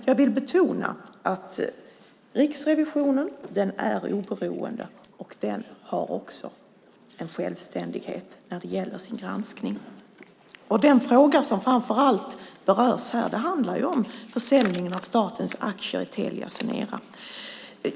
Jag vill betona att Riksrevisionen är oberoende och också har en självständighet när det gäller sin granskning. Den fråga som framför allt berörs här gäller försäljningen av statens aktier i Telia Sonera.